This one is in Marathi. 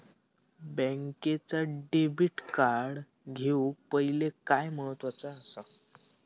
बँकेचा डेबिट कार्ड घेउक पाहिले काय महत्वाचा असा?